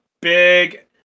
big